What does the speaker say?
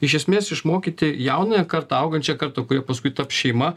iš esmės išmokyti jaunąją kartą augančią kartą kurie paskui taps šeima